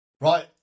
Right